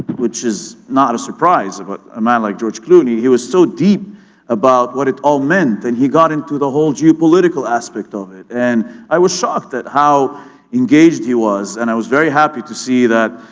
which is not a surprise but, a man like george clooney, he was so deep about what it all meant. and he got into the whole geopolitical aspect of it. and i was shocked at how engaged he was and i was very happy to see that,